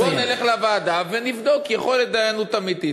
בואו נלך לוועדה ונבדוק יכולת דיינות אמיתית.